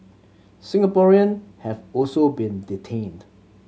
Singaporean have also been detained